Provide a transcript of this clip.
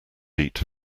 eat